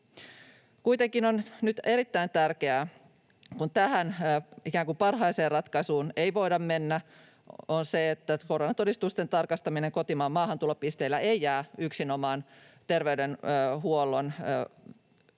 Kuitenkin on nyt erittäin tärkeää — kun tähän ikään kuin parhaaseen ratkaisuun ei voida mennä — että koronatodistusten tarkastaminen kotimaan maahantulopisteillä ei jää yksinomaan terveydenhuollon